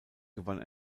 gewann